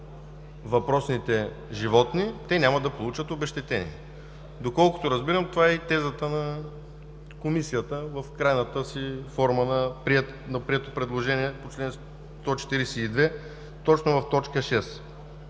въпросните животни, те няма да получат обезщетение. Доколкото разбирам, това е и тезата на Комисията – в крайната форма на прието предложение по чл. 142, точно в т. 6.